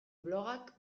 blogak